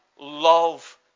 love